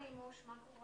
נמשיך.